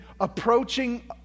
approaching